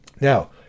Now